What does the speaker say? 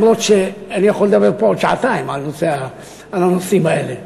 למרות שאני יכול לדבר פה עוד שעתיים על הנושאים האלה.